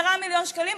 10 מיליון שקלים.